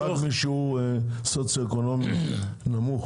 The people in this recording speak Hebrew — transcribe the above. רק מי שהוא בדירוג סוציו-אקונומי נמוך